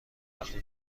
وقتی